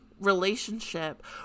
relationship